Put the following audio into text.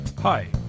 Hi